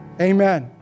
Amen